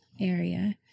area